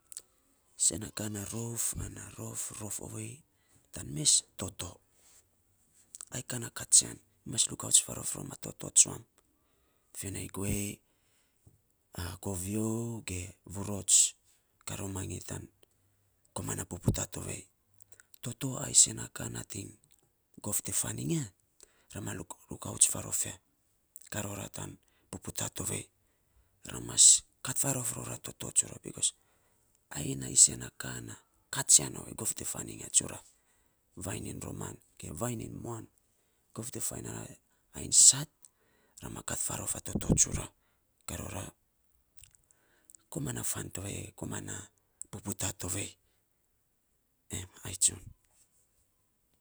Sen na ka, na rof ana rof rof ovei tan mes toto ai kaa na katsian, ai mas rukaut faarof rom a toto tsuam, fine guei, a kovio ge vurots, kaa romanyi tan komana puputa tovei. Toto a sen na ka nating gov te faan iny ya ra ma rukauts faarof ya, kaa rora tan puputaa tovei, ra mas kat faarof ror a toto tsura, bikos ai na isen na kaa na katsian ovei gov te faainy iny ya. Vainy iny roman, ge vainy iny muan gov te fainy rara aisait, ra ma kat faarof a toto tsura, kat rora koman na fan tovei, koman na puputaa tovei em, ai tsura.